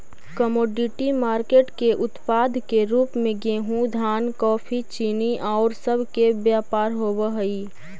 commodity market के उत्पाद के रूप में गेहूं धान कॉफी चीनी औउर सब के व्यापार होवऽ हई